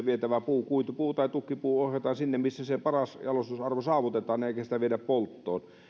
vietävä puu kuitupuu tai tukkipuu ohjataan sinne missä se paras jalostusarvo saavutetaan eikä sitä viedä polttoon